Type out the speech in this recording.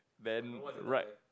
then right